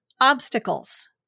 obstacles